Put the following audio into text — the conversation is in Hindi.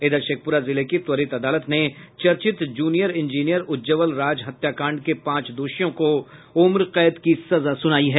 इधर शेखपुरा जिले की त्वरित अदालत ने चर्चित जूनियर इंजीनियर उज्ज्वल राज हत्याकांड के पांच दोषियों को उम्र कैद की सजा सुनायी है